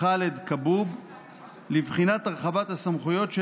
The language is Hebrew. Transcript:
ח'אלד כבוב לבחינת הרחבת הסמכויות של